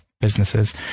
businesses